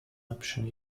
option